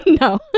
No